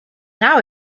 now